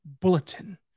bulletin